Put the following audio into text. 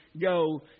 go